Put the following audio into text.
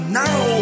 now